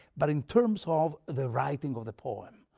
but in terms of the writing of the poem.